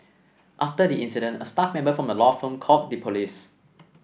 after the incident a staff member from the law firm called the police